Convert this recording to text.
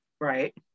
Right